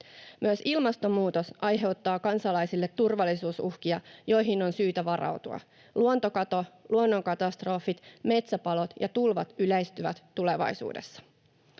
Myös ilmastonmuutos aiheuttaa kansalaisille turvallisuusuhkia, joihin on syytä varautua. Luontokato, luonnonkatastrofit, metsäpalot ja tulvat yleistyvät tulevaisuudessa.